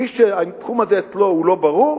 מי שהתחום הזה אצלו הוא לא ברור,